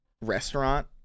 restaurant